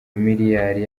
miliyari